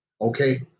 okay